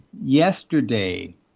yesterday